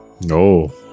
No